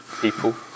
people